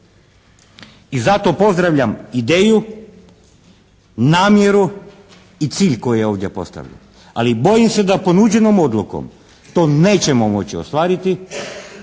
I zato pozdravljam ideju, namjeru i cilj koji je ovdje postavljen. Ali bojim se da ponuđenom odlukom to nećemo moći ostvariti